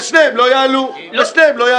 ושניהם לא יעלו בסוף.